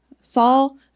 Saul